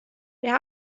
wir